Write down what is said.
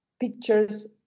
pictures